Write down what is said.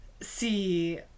see